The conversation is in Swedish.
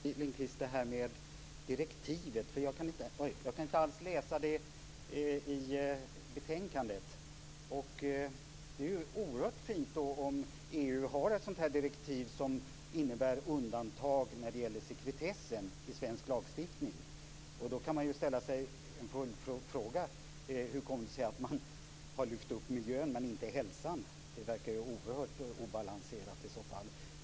Fru talman! Det här med direktivet, Britt-Marie Lindkvist, var intressant. Jag kan inte alls läsa om det i betänkandet. Det är ju oerhört fint om EU har ett sådant här direktiv som innebär undantag när det gäller sekretessen i svensk lagstiftning. Då kan man ställa sig en följdfråga: Hur kommer det sig att man har lyft upp miljön men inte hälsan? Det verkar oerhört obalanserat i så fall.